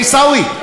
עיסאווי,